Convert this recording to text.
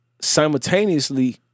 Simultaneously